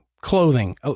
clothing